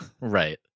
Right